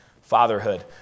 fatherhood